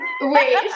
wait